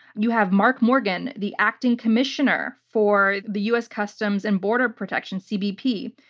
you have mark morgan, the acting commissioner for the us customs and border protection, cbp.